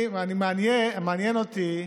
מעניין אותי,